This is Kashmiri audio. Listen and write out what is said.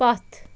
پتھ